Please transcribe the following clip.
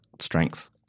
strength